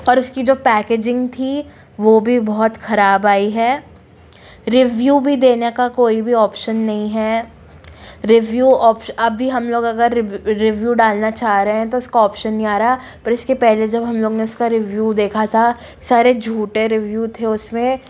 और उसकी जो पैकेजिंग थी वो भी बहुत खराब आई है रिव्यू भी देने का कोई भी ऑप्शन नहीं है रिव्यू ऑप्शन अभी हम लोग अगर रिव्यू डालना चाह रहे हैं तो इसका ऑप्शन नहीं आ रहा पर इसके पहले जब हम लोग ने उसका रिव्यू देखा था सारे झूठे रिव्यू थे उसमें